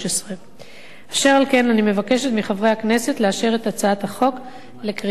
אני מבקשת מחברי הכנסת לאשר את הצעת החוק בקריאה שנייה וקריאה שלישית.